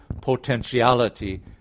potentiality